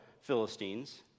Philistines